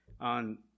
on